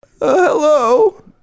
Hello